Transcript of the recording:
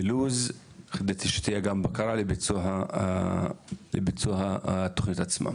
עם לוח זמנים ושתהיה גם בקרה לביצוע התוכנית עצמה.